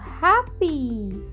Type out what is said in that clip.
happy